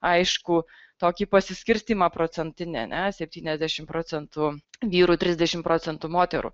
aiškų tokį pasiskirstymą procentinį ne septyniasdešimt procentų vyrų trisdešimt procentų moterų